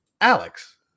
Alex